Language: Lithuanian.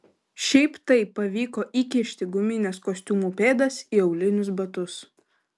šiaip taip pavyko įkišti gumines kostiumų pėdas į aulinius batus